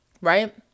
right